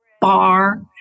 bar